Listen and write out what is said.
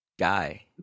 guy